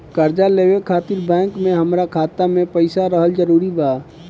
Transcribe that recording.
कर्जा लेवे खातिर बैंक मे हमरा खाता मे पईसा रहल जरूरी बा?